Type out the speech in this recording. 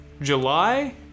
July